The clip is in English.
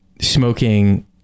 smoking